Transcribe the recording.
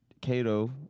Cato